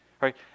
right